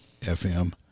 FM